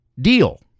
deal